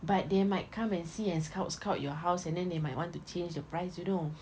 but they might come and see scout scout your house and then they might want to change the price you know